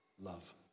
love